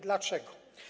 Dlaczego?